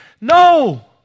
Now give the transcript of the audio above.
No